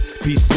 Peace